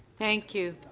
thank you.